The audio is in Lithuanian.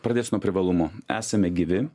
pradėsiu nuo privalumų esame gyvi